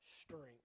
strength